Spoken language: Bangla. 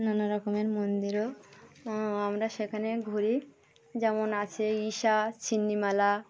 নানা রকমের মন্দিরও আমরা সেখানে ঘুরি যেমন আছে ঈশা ছিনিমালা